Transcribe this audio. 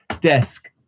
desk